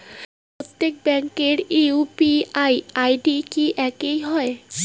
প্রত্যেক ব্যাংকের UPI ID কি একই হয়?